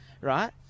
right